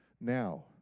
Now